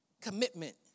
Commitment